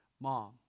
Mom